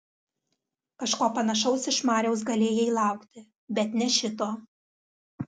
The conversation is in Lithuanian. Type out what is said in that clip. kažko panašaus iš mariaus galėjai laukti bet ne šito